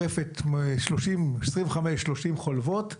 ברפת יש כ-25-30 חולבות,